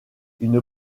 une